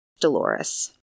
Dolores